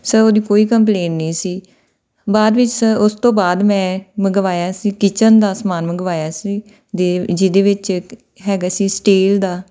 sir ਉਹਦੀ ਕੋਈ complaint ਨਹੀਂ ਸੀ ਬਾਅਦ ਵਿੱਚ ਸਰ ਉਸ ਤੋਂ ਬਾਅਦ ਮੈਂ ਮੰਗਵਾਇਆ ਸੀ ਕਿਚਨ ਦਾ ਸਮਾਨ ਮੰਗਵਾਇਆ ਸੀ ਜੇ ਜਿਹਦੇ ਵਿੱਚ ਹੈਗਾ ਸੀ ਸਟੀਲ ਦਾ